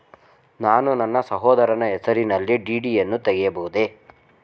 ನಾನು ನನ್ನ ಸಹೋದರನ ಹೆಸರಿನಲ್ಲಿ ಡಿ.ಡಿ ಯನ್ನು ತೆಗೆಯಬಹುದೇ?